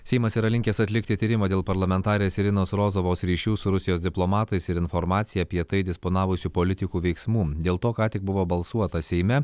seimas yra linkęs atlikti tyrimą dėl parlamentarės irinos rozovos ryšių su rusijos diplomatais ir informacija apie tai disponavusių politikų veiksmų dėl to ką tik buvo balsuota seime